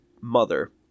mother